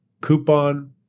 coupon